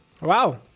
Wow